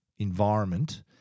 environment